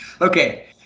Okay